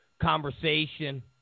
conversation